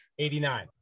89